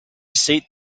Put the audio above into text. seat